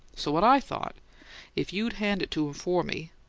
so what i thought if you'd hand it to him for me,